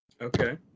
Okay